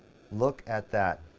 look at that.